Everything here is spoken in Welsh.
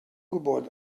gwybod